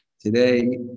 Today